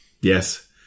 Yes